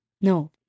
No